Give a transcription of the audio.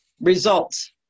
results